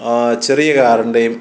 ചെറിയ കാറിൻറ്റെയും